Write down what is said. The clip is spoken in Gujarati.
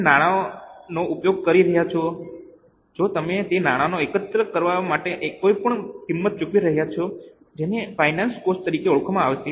તમે નાણાનો ઉપયોગ કરી રહ્યા છો જો તમે તે નાણા એકત્ર કરવા માટે કોઈપણ કિંમત ચૂકવી રહ્યા છો જેને ફાઇનાન્સ કોસ્ટ તરીકે ઓળખવામાં આવશે